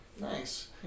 Nice